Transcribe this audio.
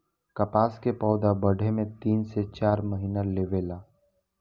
कपास के पौधा बढ़े में तीन से चार महीना लेवे ला